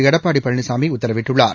எடப்பாடி பழனிசாமி உத்தரவிட்டுள்ளார்